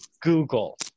Google